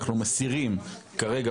אנחנו מסירים כרגע,